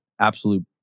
absolute